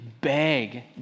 beg